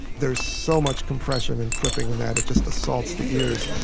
there is so much compression and clipping in that, it just assaults the ears